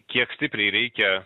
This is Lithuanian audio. kiek stipriai reikia